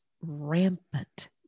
rampant